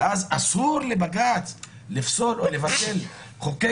לכל דבר ואז אסור לבג"צ לבטל את חוקי